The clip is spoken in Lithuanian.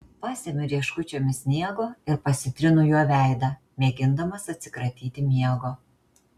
pasemiu rieškučiomis sniego ir pasitrinu juo veidą mėgindamas atsikratyti miego